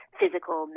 physical